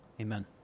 Amen